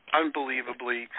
unbelievably